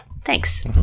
Thanks